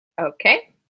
Okay